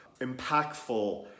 impactful